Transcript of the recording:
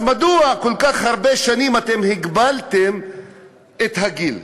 אז מדוע כל כך הרבה שנים אתם הגבלתם את הגיל?